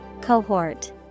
Cohort